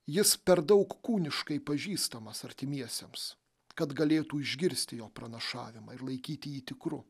jis per daug kūniškai pažįstamas artimiesiems kad galėtų išgirsti jo pranašavimą ir laikyti jį tikru